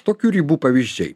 tokių ribų pavyzdžiai